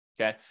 okay